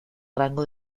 rango